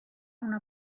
una